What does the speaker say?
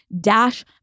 Dash